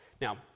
Now